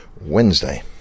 Wednesday